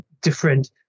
different